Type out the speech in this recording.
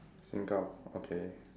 Singap~ okay